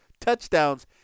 touchdowns